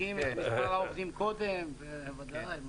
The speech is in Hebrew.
אנחנו בודקים את מספר העובדים קודם, ודאי.